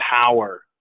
power